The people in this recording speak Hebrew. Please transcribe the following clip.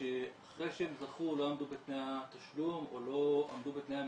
היו קבלנים שאחרי שהם זכו הם לא עמדו בתנאי התשלום,